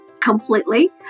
completely